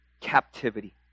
captivity